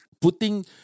Putting